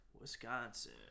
Wisconsin